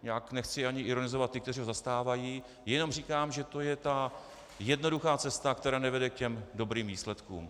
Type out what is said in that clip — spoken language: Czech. Já nechci ani ironizovat ty, kteří ho zastávají, jenom říkám, že to je ta jednoduchá cesta, která nevede k dobrým výsledkům.